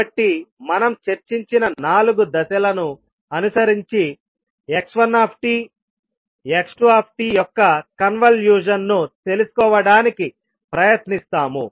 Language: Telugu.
కాబట్టి మనం చర్చించిన నాలుగు దశల ను అనుసరించి x1tx2 యొక్క కన్వల్యూషన్ను తెలుసుకోవడానికి ప్రయత్నిస్తాము